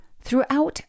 Throughout